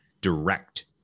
direct